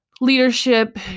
leadership